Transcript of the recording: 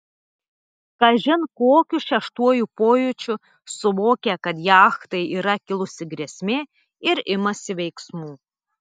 kažin kokiu šeštuoju pojūčiu suvokia kad jachtai yra kilusi grėsmė ir imasi veiksmų